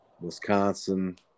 Wisconsin